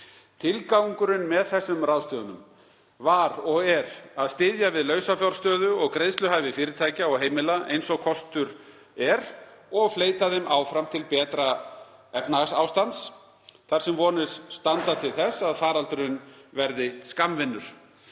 Tilgangurinn með þessum ráðstöfunum var að styðja við lausafjárstöðu og greiðsluhæfi fyrirtækja og heimila eins og kostur var og fleyta þeim áfram til betra efnahagsástands, þar sem vonir stóðu til þess að faraldurinn yrði skammvinnur.